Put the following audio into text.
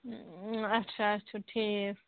اچھا اچھا ٹھیٖک